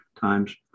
times